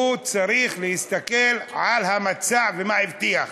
הוא צריך להסתכל על המצע, ומה הבטיח.